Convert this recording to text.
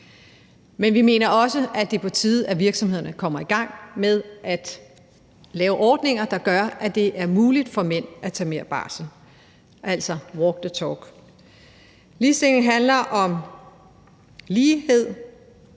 Men vi mener også, at det er på tide, at virksomhederne kommer i gang med at lave ordninger, der gør, at det er muligt for mænd at tage mere barsel, altså walk the talk. Lighed er en